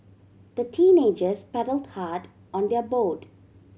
the teenagers paddled hard on their boat